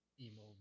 emo